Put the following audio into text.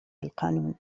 القانون